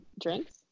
drinks